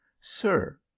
sir